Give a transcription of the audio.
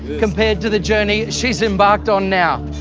compared to the journey she's embarked on now.